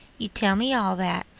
you tell me all that,